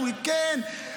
אומרים לי: כן,